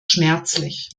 schmerzlich